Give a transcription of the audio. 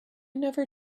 never